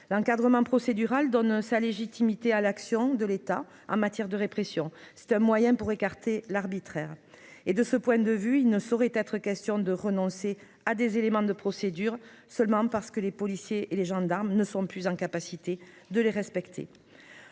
l'encadrement procédural donne sa légitimité à l'action de l'État en matière de répression, c'est un moyen pour écarter l'arbitraire et de ce point de vue, il ne saurait être question de renoncer à des éléments de procédure seulement parce que les policiers et les gendarmes ne sont plus en capacité de les respecter